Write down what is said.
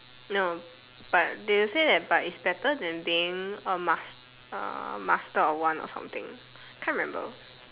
no but they said that but it's a better than being a must a master of one or something can't remember